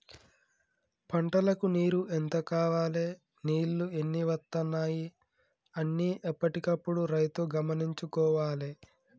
పంటలకు నీరు ఎంత కావాలె నీళ్లు ఎన్ని వత్తనాయి అన్ని ఎప్పటికప్పుడు రైతు గమనించుకోవాలె